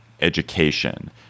education